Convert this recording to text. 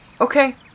Okay